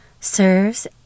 serves